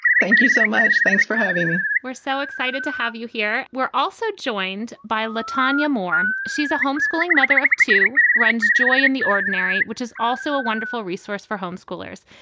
thank you so much. thanks for having me. we're so excited to have you we're also joined by latanya moore. she's a homeschooling mother of two runs, joy in the ordinary, which is also a wonderful resource for homeschoolers.